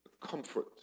comfort